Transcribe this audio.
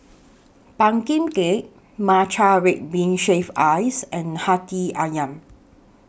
Pumpkin Cake Matcha Red Bean Shaved Ice and Hati Ayam